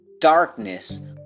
darkness